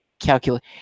Calculate